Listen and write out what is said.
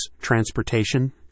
transportation